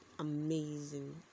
Amazing